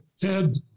Ted